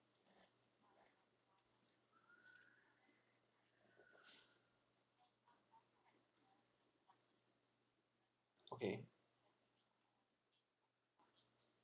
okay